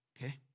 okay